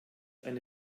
eine